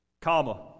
comma